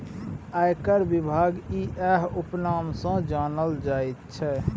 आयकर विभाग इएह उपनाम सँ जानल जाइत छै